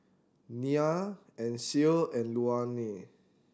Nia Ancil and Luanne